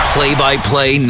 Play-by-play